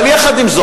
אבל עם זאת,